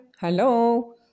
hello